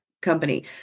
company